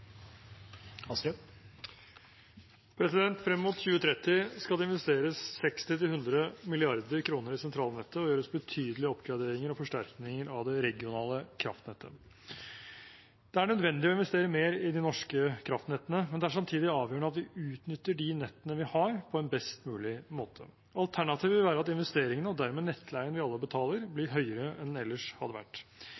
Frem mot 2030 skal det investeres 60–100 mrd. kr i sentralnettet og gjøres betydelige oppgraderinger og forsterkninger av det regionale kraftnettet. Det er nødvendig å investere mer i de norske kraftnettene, men det er samtidig avgjørende at vi utnytter de nettene vi har, på en best mulig måte. Alternativet vil være at investeringene, og dermed nettleien vi alle betaler,